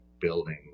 building